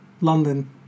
London